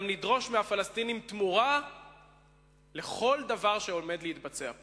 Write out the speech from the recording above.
גם נדרוש מהפלסטינים תמורה לכל דבר שעומד להתבצע פה.